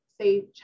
say